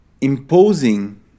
imposing